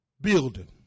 Building